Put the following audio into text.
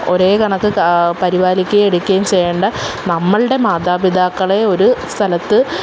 ഒരേ കണക്ക് പരിപാലിക്കുകയും എടുക്കുകയും ചെയ്യേണ്ട നമ്മളുടെ മാതാപിതാക്കളെ ഒരു സ്ഥലത്ത്